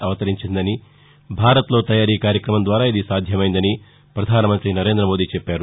అవతరించిందని భారత్లో తయారీ కార్యక్రమం ద్వారా ఇది సాధ్యమైందని ప్రపధానమంతి నరేంద్రద మోదీ చెప్పారు